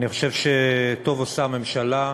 אני חושב שטוב עושה הממשלה,